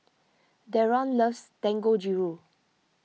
Deron loves Dangojiru